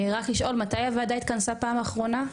רק לשאול, מתי הוועדה התכנסה פעם אחרונה?